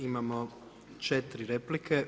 Imamo 4 replike.